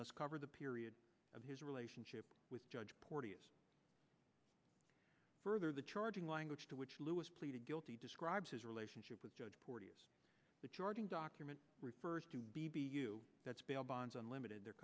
thus covered the period of his relationship with judge porteous further the charging language to which lewis pleaded guilty describes his relationship with judge porteous the charging document refers to b b q that's bail bonds and limited their